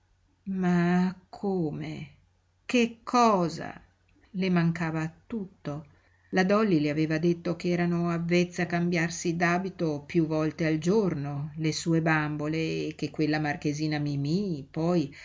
ma come che cosa le mancava tutto la dolly le aveva detto ch'erano avvezze a cambiarsi d'abito piú volte al giorno le sue bambole e che quella marchesina mimí poi